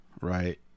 right